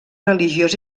religiós